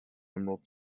emerald